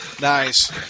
Nice